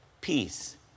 Peace